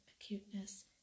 acuteness